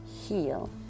heal